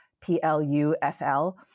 P-L-U-F-L